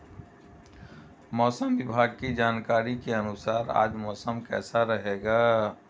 मौसम विभाग की जानकारी के अनुसार आज मौसम कैसा रहेगा?